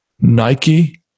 Nike